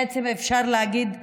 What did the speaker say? בעצם אפשר להגיד,